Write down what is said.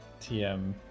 TM